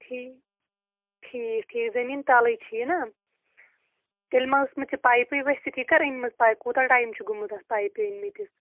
ٹھیٖک ٹھیٖک ٹھیٖک زمیٖن تَلٕے چھِ یہِ نا تیٚلہِ ما ٲسمٕژ یہِ پایپٕے ؤستِھ یہِ کَر أنۍمٕژ پایِپ کوٗتاہ ٹایم چھُ گوٚمُت اَتھ پایپہِ أنۍمٕتِس